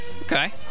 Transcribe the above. Okay